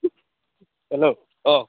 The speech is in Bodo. हेल्ल' औ